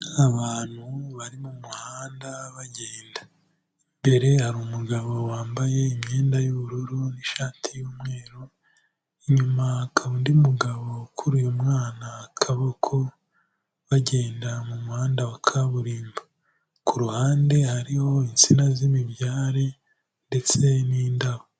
Abantu bari mu muhanda bagenda, imbere hari umugabo wambaye imyenda y'bururu, ishati y'umweru, inyuma hakaba undi mugabo ukuruye umwana akaboko bagenda mu muhanda wa kaburimbo. Ku ruhande hariho insina z'imibyare ndetse n'indabo.